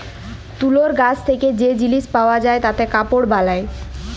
তুলর গাছ থেক্যে যে জিলিস পাওয়া যায় তাতে কাপড় বালায়